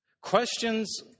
Questions